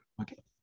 Okay